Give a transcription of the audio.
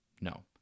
No